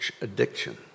addiction